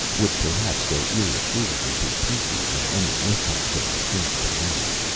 would perhaps go irretrievably to pieces in any mishap to my first command.